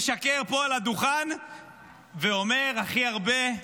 משקר פה על הדוכן ואומר הכי הרבה: